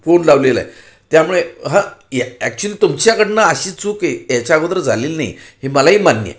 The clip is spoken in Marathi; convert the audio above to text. फोन लावलेला आहे त्यामुळे हा यॅ ॲक्च्युली तुमच्याकडून अशी चूक याच्या अगोदर झालेली नाही हे मलाही मान्य आहे